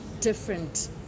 different